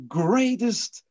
greatest